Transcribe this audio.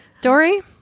Dory